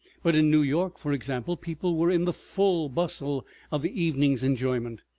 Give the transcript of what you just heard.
but in new york, for example, people were in the full bustle of the evening's enjoyment,